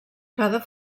cada